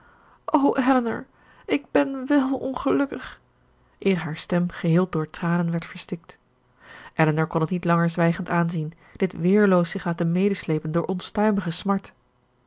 o elinor ik ben wèl ongelukkig eer haar stem geheel door tranen werd verstikt elinor kon het niet langer zwijgend aanzien dit weerloos zich laten medesleepen door onstuimige smart